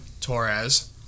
Torres